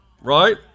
right